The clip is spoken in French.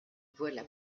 voilà